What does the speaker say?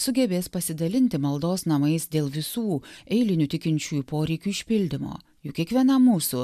sugebės pasidalinti maldos namais dėl visų eilinių tikinčiųjų poreikių išpildymo juk kiekvienam mūsų